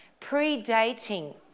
predating